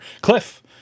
Cliff